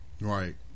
Right